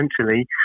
essentially